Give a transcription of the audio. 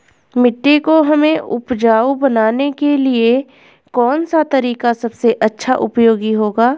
मिट्टी को हमें उपजाऊ बनाने के लिए कौन सा तरीका सबसे अच्छा उपयोगी होगा?